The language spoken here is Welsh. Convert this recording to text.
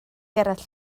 gerallt